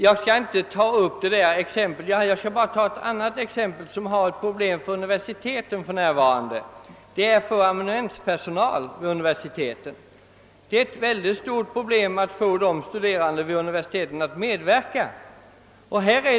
Jag skall inte gå närmare in på detta exempel, utan jag vill i stället ta upp ett annat, som rör ett problem för amanuenspersonalen vid universiteten för närvarande. Det är svårt att få studerande vid universiteten att medverka i arbetet som amanuenser.